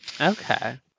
Okay